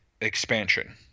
expansion